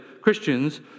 christians